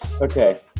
Okay